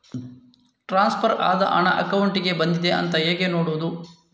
Transfer ಆದ ಹಣ ಅಕೌಂಟಿಗೆ ಬಂದಿದೆ ಅಂತ ಹೇಗೆ ನೋಡುವುದು?